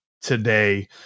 today